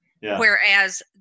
whereas